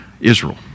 Israel